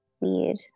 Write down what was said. weird